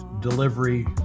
delivery